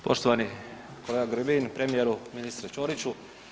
Poštovani kolega Grbin, premijeru, ministre Ćoriću.